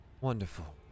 Wonderful